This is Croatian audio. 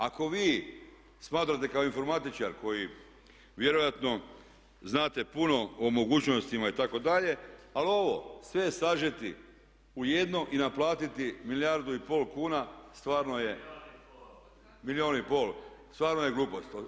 Ako vi smatrate kao informatičar koji vjerojatno znate puno o mogućnostima itd. ali ovo sve sažeti u jedno i naplatiti milijardu i pol kuna, pardon milijun i pol, stvarno je glupost.